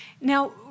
Now